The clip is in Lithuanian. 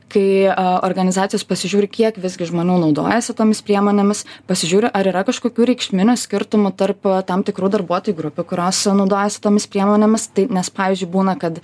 kai organizacijos pasižiūri kiek visgi žmonių naudojasi tomis priemonėmis pasižiūri ar yra kažkokių reikšminių skirtumų tarp tam tikrų darbuotojų grupių kurios naudojasi tomis priemonėmis tai nes pavyzdžiui būna kad